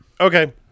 Okay